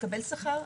קבל שכר,